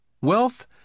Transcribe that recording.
Wealth